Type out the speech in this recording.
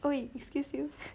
!oi! excuse me